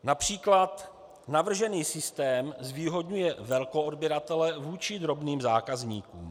Například navržený systém zvýhodňuje velkoodběratele vůči drobným zákazníkům.